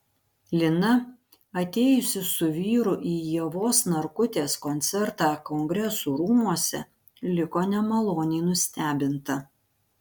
lina atėjusi su vyru į ievos narkutės koncertą kongresų rūmuose liko nemaloniai nustebinta